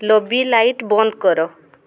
lobby light ବନ୍ଦ କର